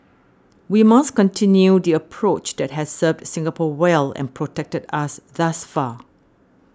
we must continue the approach that has served Singapore well and protected us thus far